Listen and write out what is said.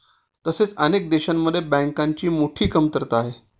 तसेच अनेक देशांमध्ये बँकांची मोठी कमतरता आहे